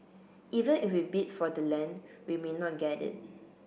even if we bid for the land we may not get it